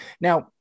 Now